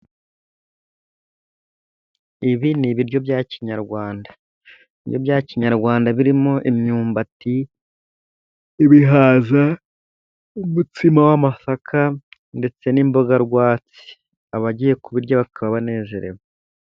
Ibi ni ibiryo bya kinyarwanda, ni byo bya kinyarwanda birimo imyumbati, ibihaza, umutsima w'amasaka ndetse n'imboga rwatsi, abagiye kubirya baka banezerewe.